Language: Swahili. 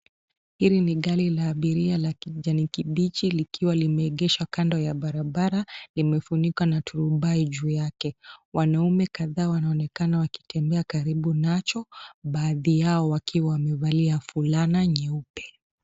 Hili ni gari la abiria la kijani kibichi, likiwa limeegeshwa kando ya barabara, imefunikwa na turubai juu yake. Wanaume kadhaa wanaonekana wakitembea karibu nacho, baadhi yao wakiwa wamevalia fulana nyeupe.